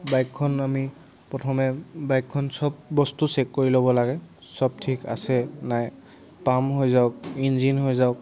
বাইকখন আমি প্ৰথমে বাইকখন চব বস্তু চেক কৰি ল'ব লাগে চব ঠিক আছে নাই পাম হৈ যাওক ইঞ্জিন হৈ যাওক